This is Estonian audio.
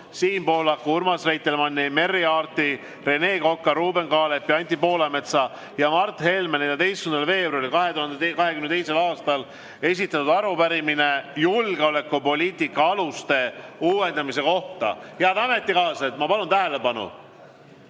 Siim Pohlaku, Urmas Reitelmanni, Merry Aarti, Rene Koka, Ruuben Kaalepi, Anti Poolametsa ja Mart Helme 14. veebruaril 2022. aastal esitatud arupärimine julgeolekupoliitika aluste uuendamise kohta. Head ametikaaslased, ma palun tähelepanu!